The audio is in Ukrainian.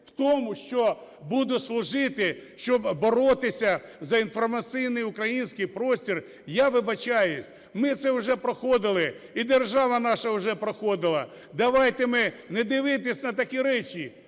в тому, що буде служити, щоб боротися за інформаційний український простір, – я вибачаюсь, ми це вже проходили, і держава наша вже проходила. Давайте ми не дивитися на такі речі,